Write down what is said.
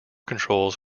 controls